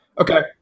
Okay